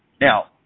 Now